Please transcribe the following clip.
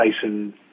Tyson